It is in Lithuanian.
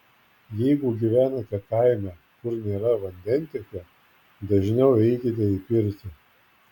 jeigu gyvenate kaime kur nėra vandentiekio dažniau eikite į pirtį